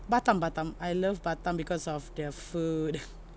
batam batam I love batam because of their food